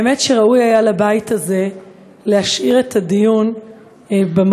האמת שראוי היה לבית הזה להשאיר את הדיון במקום